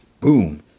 boom